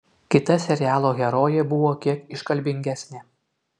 kita serialo herojė buvo kiek iškalbingesnė